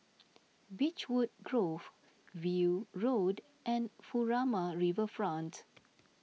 Beechwood Grove View Road and Furama Riverfront